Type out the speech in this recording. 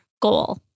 goal